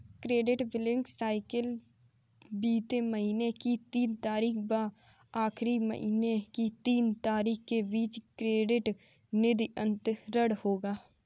credit billing cycle बीते महीने की तीन तारीख व आगामी महीने की तीन तारीख के बीच क्रेडिट निधि अंतरण होगा